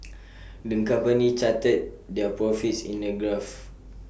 the company charted their profits in A graph